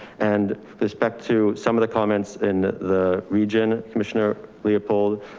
and this back to some of the comments in the region, commissioner leopold,